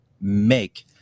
make